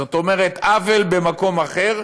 זאת אומרת, עוול במקום אחר,